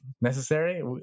necessary